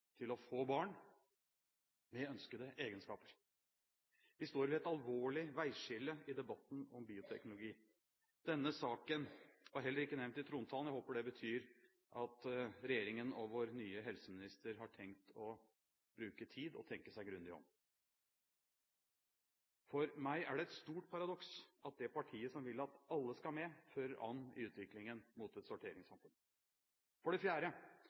til å få barn – med ønskede egenskaper. Vi står ved et alvorlig veiskille i debatten om bioteknologi. Denne saken var heller ikke nevnt i trontalen. Jeg håper det betyr at regjeringen og vår nye helseminister har tenkt å bruke tid og tenke seg grundig om. For meg er det et stort paradoks at det partiet som vil at alle skal med, fører an i utviklingen mot et sorteringssamfunn. For det fjerde